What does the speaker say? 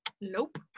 nope